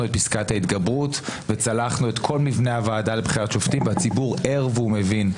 את פסקת ההתגברות ואת כל מבנה הוועדה לבחירת שופטים והציבור ער ומבין.